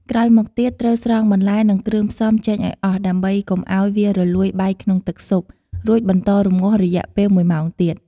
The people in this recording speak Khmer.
ក្រោយមកទៀត ត្រូវស្រង់បន្លែ និងគ្រឿងផ្សំចេញឱ្យអស់ដើម្បីកុំឱ្យវារលួយបែកក្នុងទឹកស៊ុប រួចបន្តរម្ងាស់រយៈពេលមួយម៉ោងទៀត។